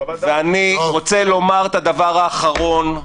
אני רוצה לומר את הדבר האחרון,